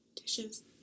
Dishes